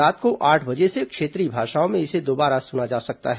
रात को आठ बजे से क्षेत्रीय भाषाओं में इसे दोबारा सुना जा सकता है